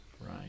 Right